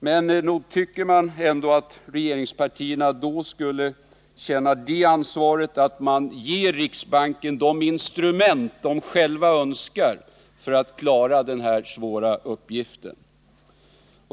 Men nog tycker man ändå att regeringspartierna då skulle känna det ansvaret att de ger riksbanken de instrument den själv önskar för att klara den här svåra uppgiften.